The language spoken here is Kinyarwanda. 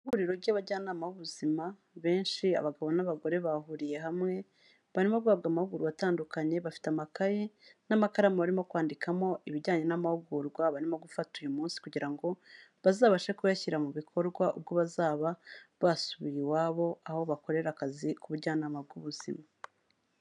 Ihuriro ry'abajyanama b'ubuzima benshi abagabo n'abagore bahuriye hamwe, barimo guhabwa amahugurwa atandukanye, bafite amakaye n'amakaramu barimo kwandikamo ibijyanye n'amahugurwa barimo gufata uyu munsi kugira ngo bazabashe kuyashyira mu bikorwa ubwo bazaba basubiye iwabo aho bakorera akazi k'ubujyanama bw'ubuzima.